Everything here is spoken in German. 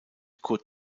kurt